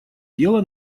дело